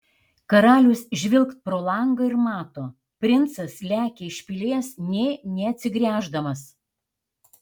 karalius žvilgt pro langą ir mato princas lekia iš pilies nė neatsigręždamas